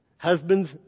Husbands